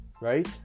right